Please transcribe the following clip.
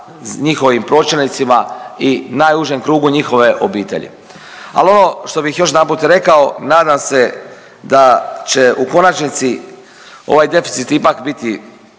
njihovim pročelnicima i najužem krugu njihove obitelji. Ali ono što bih još jedanput rekao nadam se da će u konačnici ovaj deficit ipak biti